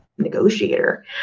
negotiator